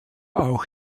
auch